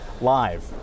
live